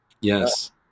Yes